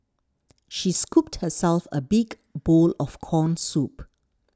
she scooped herself a big bowl of Corn Soup